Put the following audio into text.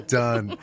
done